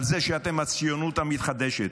על זה שאתם הציונות המתחדשת.